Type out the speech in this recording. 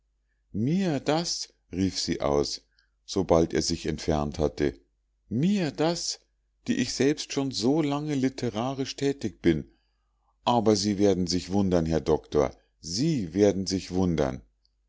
mir das rief sie aus sobald er sich entfernt hatte mir das die ich selbst schon so lange litterarisch thätig bin aber sie werden sich wundern herr doktor sie werden sich wundern